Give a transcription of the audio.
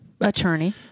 attorney